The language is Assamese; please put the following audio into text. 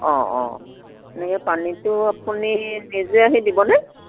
অঁ অঁ এনেকৈ পানীটো আপুনি নিজে আহি দিবনে